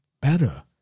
better